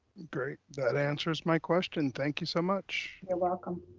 great, that answers my question. thank you so much. you're welcome.